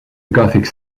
gothic